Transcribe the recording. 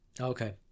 Okay